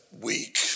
weak